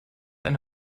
eine